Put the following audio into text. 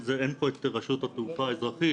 אין פה את רשות התעופה האזרחית,